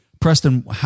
Preston